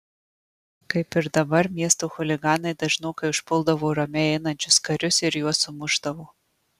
kaip ir dabar miesto chuliganai dažnokai užpuldavo ramiai einančius karius ir juos sumušdavo